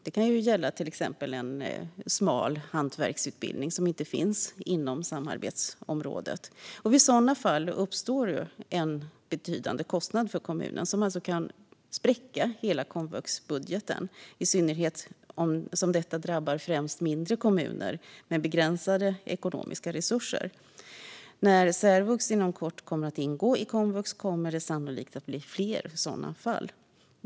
Det kan till exempel gälla en smal hantverksutbildning som inte finns inom samarbetsområdet. Vid sådana fall uppstår ju en betydande kostnad för kommunen som alltså kan spräcka hela komvuxbudgeten, i synnerhet som detta främst drabbar mindre kommuner med begränsade ekonomiska resurser. När särvux inom kort kommer att ingå i komvux kommer det sannolikt att bli fler sådana fall.